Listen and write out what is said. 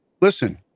Listen